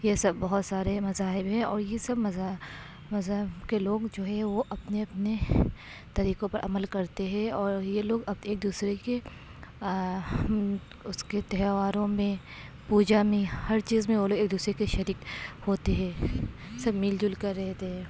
یہ سب بہت سارے مذاہب ہیں اور یہ سب مزا مذہب کے لوگ جو ہیں وہ اپنے اپنے طریقوں پر عمل کرتے ہیں اور یہ لوگ ایک دوسرے کے اُس کے تہواروں میں پوجا میں ہر چیز میں وہ لوگ ایک دوسرے کے شریک ہوتے ہیں سب مل جل کر رہتے ہیں